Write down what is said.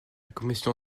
commission